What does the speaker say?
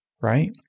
right